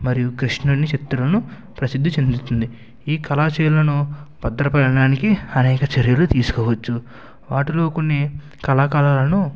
మరియు కృష్ణున్ని చిత్రాలను ప్రసిద్ధి చెందుతుంది ఈ కళాశైలులను భద్రపరచడానికి అనేక చర్యలు తీసుకోవచ్చు వాటిలో కొన్ని కళాకళలను